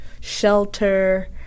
shelter